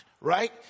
right